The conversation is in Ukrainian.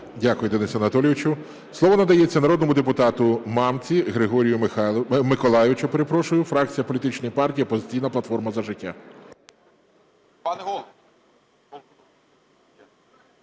Дякую, Денисе Анатолійовичу. Слово надається народному депутату Мамці Григорію Миколайовичу, фракція політичної партії "Опозиційна платформа – За життя".